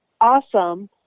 awesome